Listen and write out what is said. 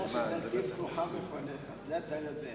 לוועדת הפנים והגנת הסביבה נתקבלה.